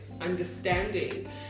understanding